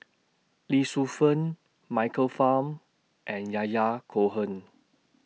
Lee Shu Fen Michael Fam and Yahya Cohen